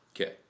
Okay